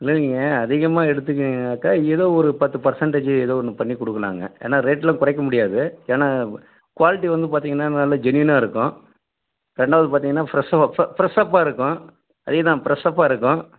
இல்லைங்க அதிகமாக எடுத்திங்கனாக்கா ஏதோ ஒரு பத்து பர்சன்டேஜு ஏதோ ஒன்று பண்ணி கொடுக்கலாங்க ஏன்னா ரேட்டுலாம் குறைக்க முடியாது ஏன்னா குவாலிட்டி வந்து பார்த்திங்கனா நல்லா ஜென்யூனாயிருக்கும் ரெண்டாவது பார்த்திங்கனா ஃப்ரெஷ் ஃப்ரெஷ்ஷப்பாக இருக்கும் அதேதான் ஃப்ரெஷ்ஷப்பாக இருக்கும்